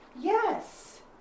Yes